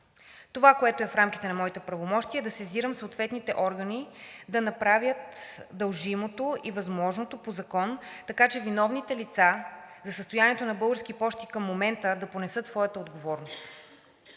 Това, което е в рамките на моите правомощия, е да сезирам съответните органи да направят дължимото и възможното по закон, така че виновните лица за състоянието на „Български пощи“ ЕАД към момента да понесат своята отговорност.